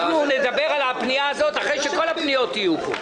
אנחנו נדבר על הפנייה הזאת אחרי שכל הפניות יהיו פה.